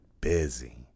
busy